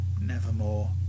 nevermore